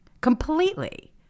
completely